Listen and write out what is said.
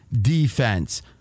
defense